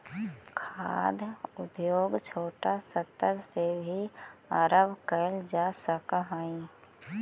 खाद्य उद्योग छोटा स्तर से भी आरंभ कैल जा सक हइ